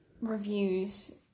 reviews